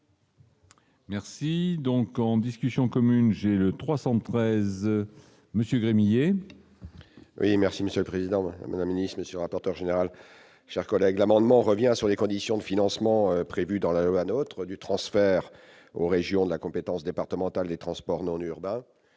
Merci donc en discussion commune, j'ai 313 monsieur Gremillet. Oui, merci Monsieur le président, mesdames, Nice Monsieur rapporteur général, chers collègues, l'amendement revient sur les conditions de financement prévu dans la loi, notre du transfert aux régions de la compétence départementale des transports non urbains,